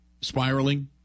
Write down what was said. spiraling